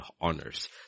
honors